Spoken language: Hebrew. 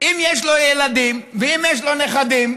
אם יש לו ילדים ואם יש לו נכדים,